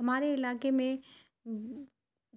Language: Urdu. ہمارے علاقے میں